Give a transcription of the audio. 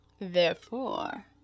Therefore